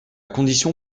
condition